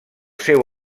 seu